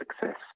success